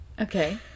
okay